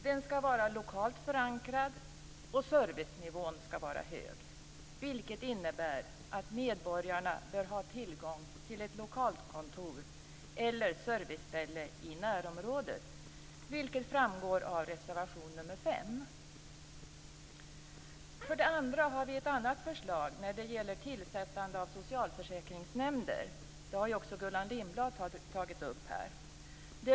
Den skall vara lokalt förankrad, och servicenivån skall vara hög. Det innebär att medborgarna bör ha tillgång till ett lokalt kontor eller serviceställe i närområdet, vilket framgår av reservation nr 5. För det andra har vi ett förslag när det gäller tillsättande av socialförsäkringsnämnder. Det har ju också Gullan Lindblad tagit upp här.